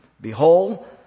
Behold